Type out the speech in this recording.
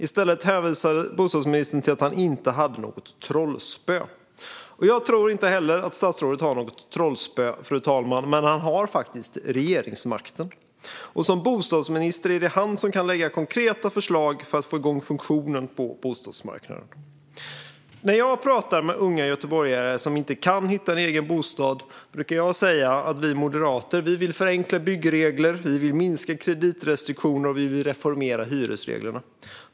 I stället hänvisade han till att han inte hade något trollspö. Jag tror inte heller att statsrådet har något trollspö, fru talman. Men han har regeringsmakten. Och som bostadsminister är det han som kan lägga fram konkreta förslag för att få igång funktionen på bostadsmarknaden. När jag pratar med unga göteborgare som inte kan hitta en egen bostad brukar jag säga att vi moderater vill förenkla byggreglerna, minska kreditrestriktionerna och reformera hyresreglerna.